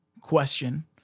question